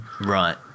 Right